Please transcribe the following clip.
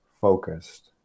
focused